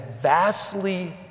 vastly